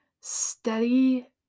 steady